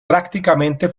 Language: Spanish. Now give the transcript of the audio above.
prácticamente